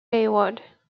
hayward